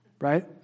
right